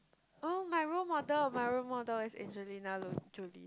oh my role model my role model is Angelina-Jolie